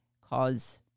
cause